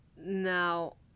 Now